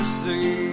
see